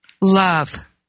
Love